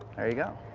there you go.